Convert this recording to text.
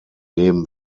leben